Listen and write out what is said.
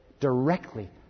Directly